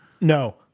No